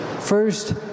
First